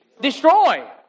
destroy